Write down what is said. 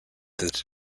that